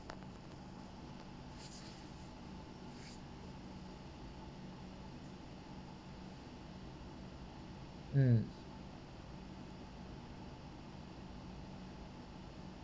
mm